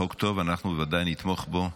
חוק טוב, אנחנו בוודאי נתמוך בו,